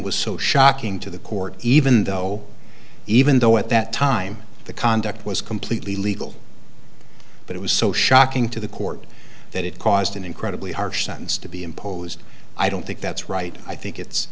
was so shocking to the court even though even though at that time the conduct was completely legal but it was so shocking to the court that it caused an incredibly harsh sentence to be imposed i don't think that's right i think it's